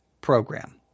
program